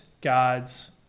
God's